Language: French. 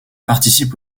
participe